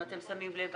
אם אתם שמים לב,